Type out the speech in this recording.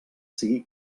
sigui